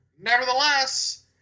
Nevertheless